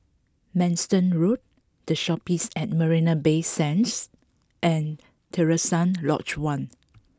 Manston Road The Shoppes at Marina Bay Sands and Terusan Lodge One